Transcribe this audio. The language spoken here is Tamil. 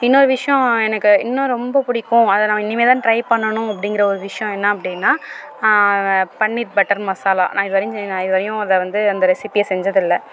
இன்னொரு விஷியம் எனக்கு இன்னும் ரொம்ப பிடிக்கும் அதை நான் இனிமேதான் ட்ரை பண்ணணும் அப்படிங்கற ஒரு விஷியம் என்ன அப்படினா பன்னீர் பட்டர் மசாலா நான் இதுவரையும் நான் இதுவரையும் அதை வந்து அந்த ரெஸிபியை செஞ்சதில்லை